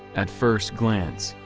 at first glance,